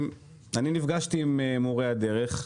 נפגשתי עם מורי הדרך,